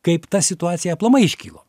kaip ta situacija aplamai iškilo